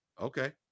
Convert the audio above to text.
okay